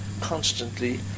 constantly